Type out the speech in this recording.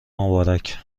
مبارک